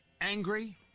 angry